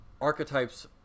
archetypes